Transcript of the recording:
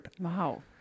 Wow